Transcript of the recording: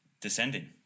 descending